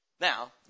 Now